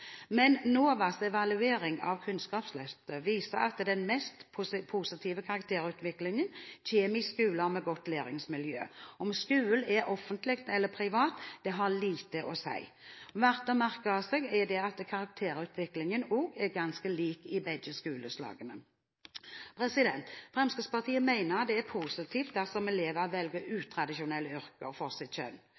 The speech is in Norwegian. Men NOVAs evaluering av Kunnskapsløftet viser at den mest positive karakterutviklingen kommer i skoler med godt læringsmiljø – om skolen er offentlig eller privat har lite å si. Verdt å merke seg er at karakterutviklingen også er ganske lik i begge skoleslagene. Fremskrittspartiet mener det er positivt dersom elever velger utradisjonelle yrker for sitt kjønn,